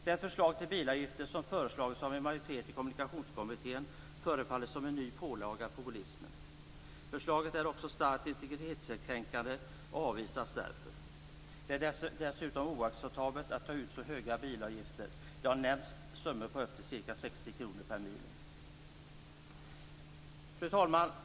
Det förslag till bilavgifter som har föreslagits av en majoritet i Kommunikationskommittén förefaller att vara en ny pålaga på bilismen. Förslaget är också starkt integritetskränkande och avvisas därför. Det är dessutom oacceptabelt att ta ut så höga bilavgifter. Det har nämnts summor på upp till ca 60 kr per mil. Fru talman!